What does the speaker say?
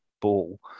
ball